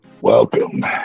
welcome